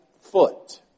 foot